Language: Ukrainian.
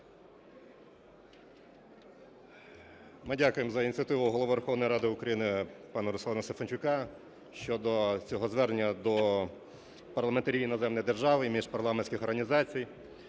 Ми дякуємо за ініціативу Голову Верховної Ради пана Руслана Стефанчука щодо цього звернення до парламентарів іноземних держав і міжпарламентських організацій.